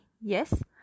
yes